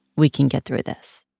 we can get through this